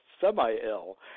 semi-ill